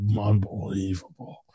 unbelievable